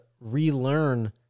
relearn